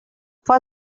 for